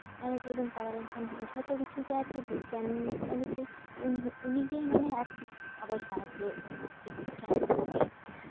ᱟᱱᱟᱴ ᱨᱮᱵᱚᱱ ᱯᱟᱲᱟᱣ ᱞᱮᱱᱠᱷᱟᱱ ᱡᱷᱚᱛᱚ ᱠᱤᱪᱷᱩ ᱜᱮ ᱟᱨᱠᱤ ᱵᱤᱜᱽᱜᱟᱱ ᱚᱱᱮ ᱡᱮ ᱩᱱᱤ ᱜᱮ ᱢᱟᱱᱮ ᱟᱨᱠᱤ ᱟᱵᱚᱭ ᱥᱟᱦᱟᱡᱡᱚᱭᱮᱜ ᱵᱚᱱᱟ ᱟᱨᱠᱤ ᱵᱤᱜᱽᱜᱟᱱ ᱜᱮ